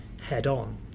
head-on